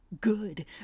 Good